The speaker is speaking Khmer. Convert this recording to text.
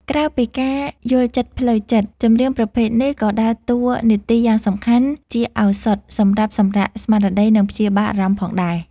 ក្រៅពីការយល់ចិត្តផ្លូវចិត្ត ចម្រៀងប្រភេទនេះក៏ដើរតួនាទីយ៉ាងសំខាន់ជាឱសថសម្រាប់សម្រាកស្មារតី និងព្យាបាលអារម្មណ៍ផងដែរ។